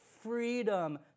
freedom